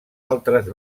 altres